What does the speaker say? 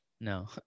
No